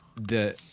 The-